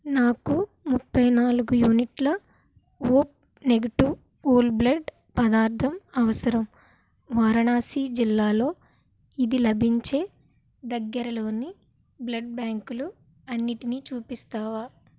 నాకు ముప్పై నాలుగు యూనిట్ల ఓ నెగెటివ్ హోల్ బ్లడ్ పదార్థం అవసరం వారణాసి జిల్లాలో ఇది లభించే దగ్గరలోని బ్లడ్ బ్యాంకులు అన్నింటినీ చూపిస్తావా